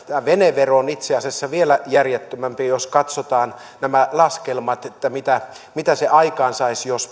tämä venevero on itse asiassa vielä järjettömämpi jos katsotaan nämä laskelmat että mitä mitä se aikaansaisi jos